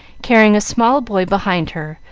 carrying a small boy behind her,